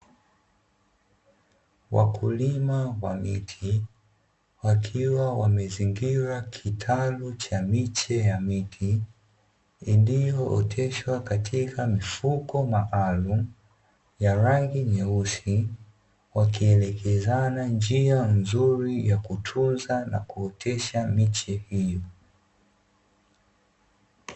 Wakulima wa miti, wakiwa wamezingira kitalu cha miche ya miti iliyooteshwa katika mifuko maalumu ya rangi nyeusi, wakielekezana njia nzuri ya kutunza na kuotesha miche hiyo.